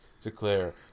declare